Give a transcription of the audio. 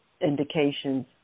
indications